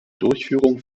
durchführung